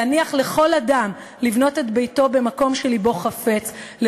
להניח לכל אדם לבנות את ביתו במקום שלבו חפץ,